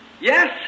Yes